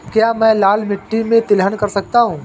क्या मैं लाल मिट्टी में तिलहन कर सकता हूँ?